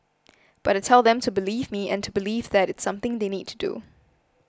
but I tell them to believe me and to believe that it's something they need to do